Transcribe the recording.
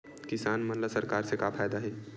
किसान मन ला सरकार से का फ़ायदा हे?